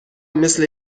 مثل